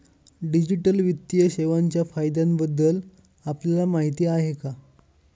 Digital वित्तीय सेवांच्या फायद्यांबद्दल आपल्याला माहिती आहे का?